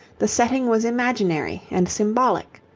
the setting was imaginary and symbolic.